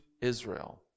Israel